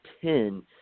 ten